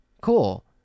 Cool